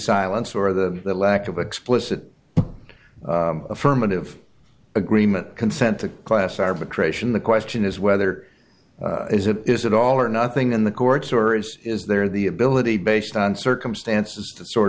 silence or the lack of explicit affirmative agreement consent to class arbitration the question is whether is it is it all or nothing in the courts or is is there the ability based on circumstances to sort